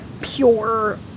pure